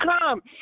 come